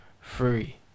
free